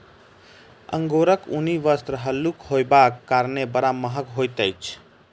अंगोराक ऊनी वस्त्र हल्लुक होयबाक कारणेँ बड़ महग होइत अछि